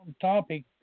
topic